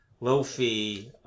low-fee